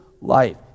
life